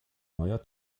neuer